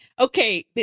okay